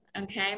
Okay